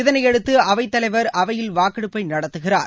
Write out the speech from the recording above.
இதனையடுத்து அவைத்தலைவர் அவையில் வாக்கெடுப்பை நடத்துகிறார்